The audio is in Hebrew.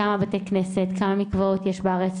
כמה בתי כנסת וכמה מקוואות יש בארץ.